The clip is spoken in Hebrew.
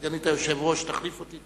אני מבקש מסגנית היושב-ראש להחליף אותי.